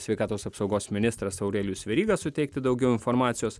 sveikatos apsaugos ministras aurelijus veryga suteikti daugiau informacijos